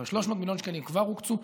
אבל 300 מיליון שקלים כבר הוקצו.